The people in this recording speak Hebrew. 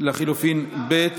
לחלופין ב'